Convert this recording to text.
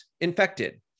infected